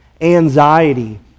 anxiety